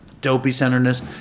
dopey-centeredness